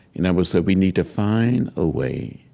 and i would say, we need to find a way